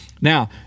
Now